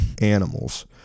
animals